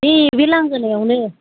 दे बे लांगोनायावनो